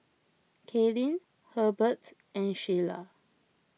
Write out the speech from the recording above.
Kaylynn Herbert and Sheila